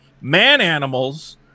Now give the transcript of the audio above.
man-animals